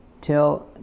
till